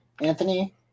Anthony